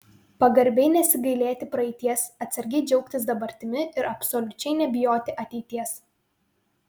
pagarbiai nesigailėti praeities atsargiai džiaugtis dabartimi ir absoliučiai nebijoti ateities